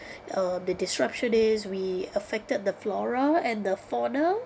uh the disruption is we affected the flora and the fauna